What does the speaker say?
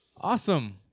Awesome